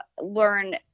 learn